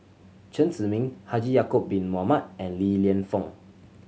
Chen Zhiming Haji Ya'acob Bin Mohamed and Li Lienfung